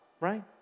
right